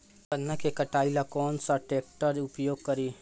गन्ना के कटाई ला कौन सा ट्रैकटर के उपयोग करी?